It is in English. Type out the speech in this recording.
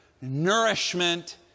nourishment